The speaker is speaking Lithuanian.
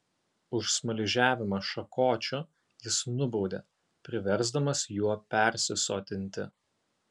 už smaližiavimą šakočiu jis nubaudė priversdamas juo persisotinti